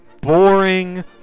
boring